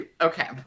okay